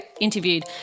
interviewed